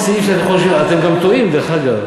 אתם גם טועים, דרך אגב.